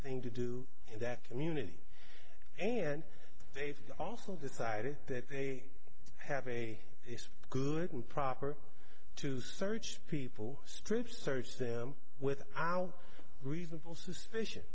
thing to do in that community and they've also decided that they have a good and proper to search people strip search them with out reasonable suspicion